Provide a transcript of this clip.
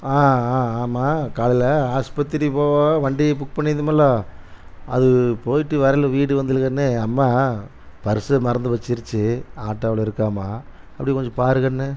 ஆ ஆ ஆமாம் காலையில் ஆஸ்பத்திரி போவ வண்டியை புக் பண்ணி இருந்தம்மள அது போயிவிட்டு வரலை வீடு வந்துல கண்ணு அம்மா பர்ஸு மறந்து வச்சிருச்சி ஆட்டோவில் இருக்காமா அப்படியே கொஞ்சம் பார் கண்ணு